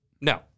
No